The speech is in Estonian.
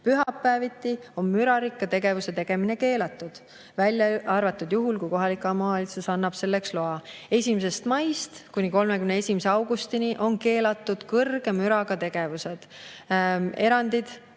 Pühapäeviti on mürarikka tegevuse tegemine keelatud, välja arvatud juhul, kui kohalik omavalitsus annab selleks loa. 1. maist kuni 31. augustini on keelatud kõrge müraga tegevused. Erandid